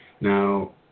Now